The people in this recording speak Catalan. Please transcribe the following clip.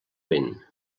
vent